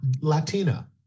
Latina